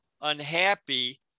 unhappy